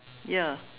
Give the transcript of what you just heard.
ya